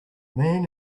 man